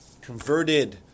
converted